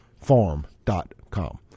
Farm.com